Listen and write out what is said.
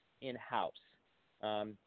in-house